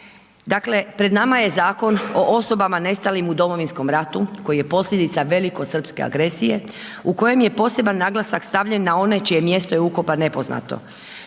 Dakle, pred nama je zakon o osobama nestalim u Domovinskom ratu koji je posljedica velikosrpske agresije u kojem je posebni naglasak stavljen na one čije je mjesto ukopa nepoznato.